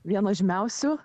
vieno žymiausių